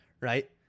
Right